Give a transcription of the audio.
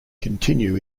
continue